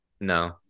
No